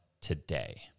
today